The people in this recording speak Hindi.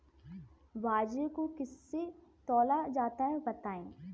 बाजरे को किससे तौला जाता है बताएँ?